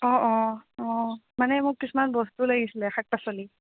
অ' অ' অ' মানে মোক কিছুমান বস্তু লাগিছিলে শাক পাচলি